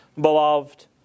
beloved